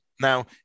now